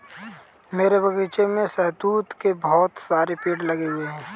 मेरे बगीचे में शहतूत के बहुत सारे पेड़ लगे हुए हैं